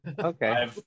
Okay